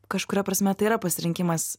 kažkuria prasme tai yra pasirinkimas